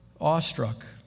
awestruck